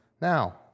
now